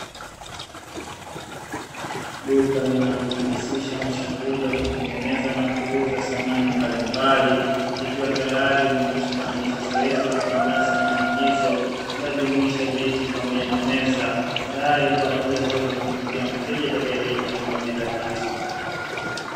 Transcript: Duka linalojihusisha na shughuli ya kuuza na kutengeneza samani mbalimbali, ikiwa tayari limeshakamilisha zoezi la kuandaa samani hizo, inayojumuisha miti pamoja na meza, tayari kwa ajili ya kumvutia mteja atayehitaji kununua bidhaa hizo.